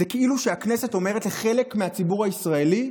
זה כאילו שהכנסת אומרת לחלק מהציבור הישראלי: